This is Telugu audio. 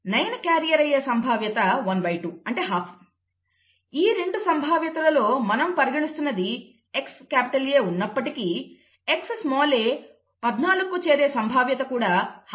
9 క్యారియర్ అయ్యే సంభావ్యత ½ ఈ రెండు సంభావ్యతలలో మనం పరిగణిస్తున్నది XA ఉన్నప్పటికీ Xa 14కు చేరే సంభావ్యత కూడా ½